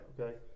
okay